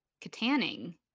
Katanning